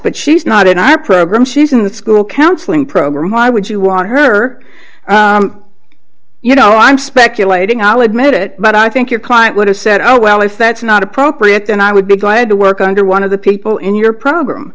but she's not in our program she's in the school counseling program why would you want her you know i'm speculating i'll admit it but i think your client would have said oh well if that's not appropriate then i would be glad to work under one of the people in your program